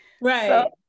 right